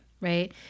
Right